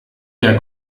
der